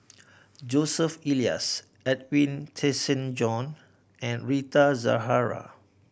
Joseph Elias Edwin Tessensohn and Rita Zahara